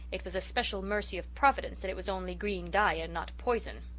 it was a special mercy of providence that it was only green dye and not poison.